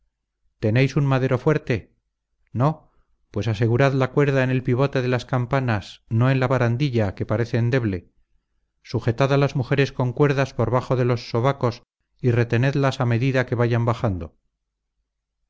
tenéis un madero fuerte no pues asegurad la cuerda en el pivote de las campanas no en la barandilla que parece endeble sujetad a las mujeres con cuerdas por bajo de los sobacos y retenedlas a medida que vayan bajando